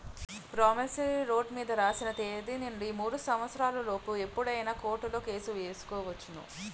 promissory note మీద రాసిన తేదీ నుండి మూడు సంవత్సరాల లోపు ఎప్పుడైనా కోర్టులో కేసు ఎయ్యొచ్చును